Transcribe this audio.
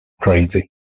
crazy